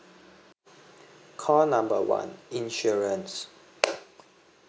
call number one insurance